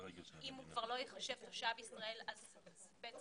אם כבר לא ייחשב תושב ישראל אז בעצם